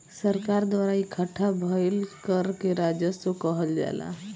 सरकार द्वारा इकट्ठा भईल कर के राजस्व कहल जाला